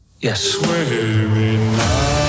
Yes